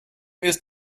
ist